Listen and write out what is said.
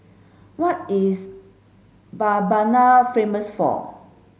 what is Mbabana famous for